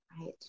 right